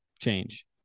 change